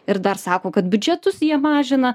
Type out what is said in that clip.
ir dar sako kad biudžetus jie mažina